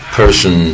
person